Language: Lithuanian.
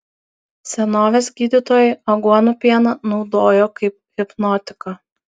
senovės gydytojai aguonų pieną naudojo kaip hipnotiką